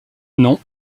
non